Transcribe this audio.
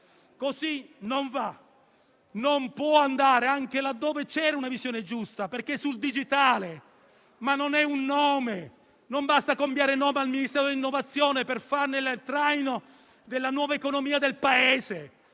Così non va, non può andare anche laddove c'era una visione giusta, come sul digitale. Però non basta cambiare nome al Ministero dell'innovazione per farne il traino della nuova economia del Paese,